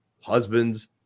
husbands